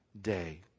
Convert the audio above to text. day